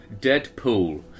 Deadpool